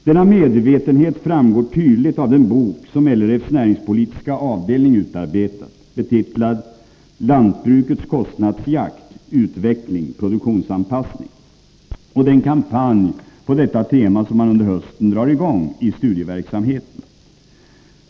Denna medvetenhet framgår tydligt av den bok som LRF:s näringspolitiska avdelning utarbetat, betitlad Lantbrukets kostnadsjakt — utveckling, produktionsanpassning, och den kampanj på detta tema som man under hösten drar i gång i studieverksamheten.